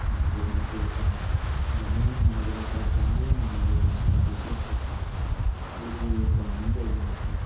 मंदिरमध्ये येतात भगवान महावीरांचा बाल महावीरांचा अभिषेक करतात वेगवेगळी गाणी गायली जातात